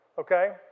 Okay